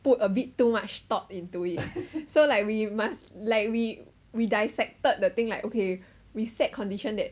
put a bit too much thought into it so like we must like we we dissected the thing like okay we set condition that